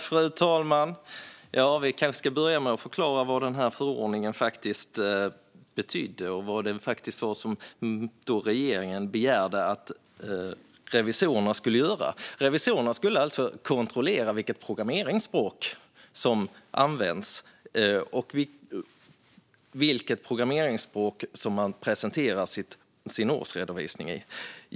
Fru talman! Vi kanske ska börja med att förklara vad förordningen betydde och vad det var som regeringen begärde att revisorerna skulle göra. Revisorerna skulle alltså kontrollera vilket programmeringsspråk som används och vilket programmeringsspråk som årsredovisningen presenteras i.